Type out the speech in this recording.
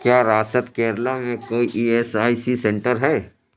کیا ریاست کیرل میں کوئی E S I C centre ہے